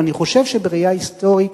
ואני חושב שבראייה היסטורית